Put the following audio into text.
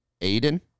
Aiden